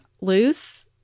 loose